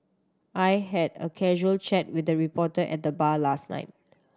I had a casual chat with the reporter at the bar last night